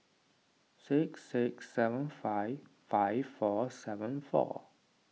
six six seven five five four seven four